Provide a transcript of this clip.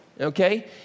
okay